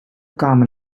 common